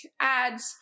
ads